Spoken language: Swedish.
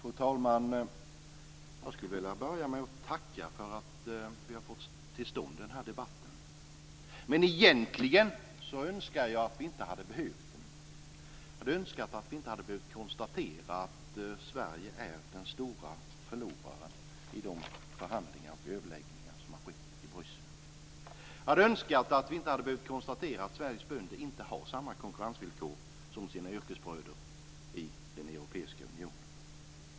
Fru talman! Jag vill börja med att tacka för att vi har fått till stånd den här debatten. Men egentligen önskar jag att vi inte hade behövt den. Jag önskar att vi inte hade behövt konstatera att Sverige är den stora förloraren i de förhandlingar och överläggningar som har skett i Bryssel. Jag önskar att vi inte hade behövt konstatera att Sveriges bönder inte har samma konkurrensvillkor som sina yrkesbröder i den europeiska unionen.